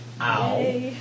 Ow